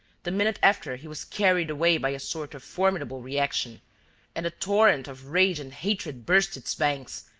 the minute after, he was carried away by a sort of formidable reaction and a torrent of rage and hatred burst its banks,